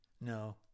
No